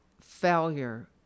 failure